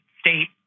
state